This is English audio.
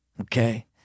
okay